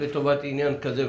לטובת עניין כזה וכזה.